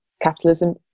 capitalism